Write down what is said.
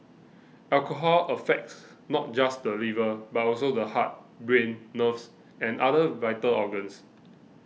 alcohol affects not just the liver but also the heart brain nerves and other vital organs